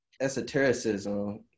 esotericism